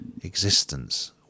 existence